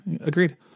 Agreed